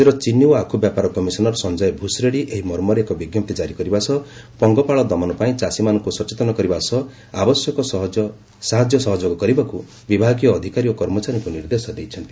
ରାଜ୍ୟର ଚିନି ଓ ଆଖୁ ବ୍ୟାପାର କମିଶନର ସଂଜୟ ଭୁସରେଡି ଏହି ମର୍ମରେ ଏକ ବିଜ୍ଞପ୍ତି ଜାରି କରିବା ସହ ପଙ୍ଗପାଳ ଦମନ ପାଇଁ ଚାଷୀମାନଙ୍କୁ ସଚେତନ କରିବା ସହ ଆବଶ୍ୟକ ସାହାଯ୍ୟ ସହଯୋଗ କରିବାକୁ ବିଭାଗୀୟ ଅଧିକାରୀ ଓ କର୍ମଚାରୀଙ୍କୁ ନିର୍ଦ୍ଦେଶ ଦେଇଛନ୍ତି